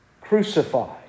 Crucified